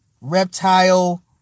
reptile